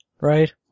right